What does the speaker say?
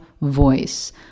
voice